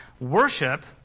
Worship